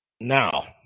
Now